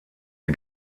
die